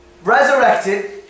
Resurrected